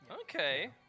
Okay